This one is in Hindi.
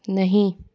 नहीं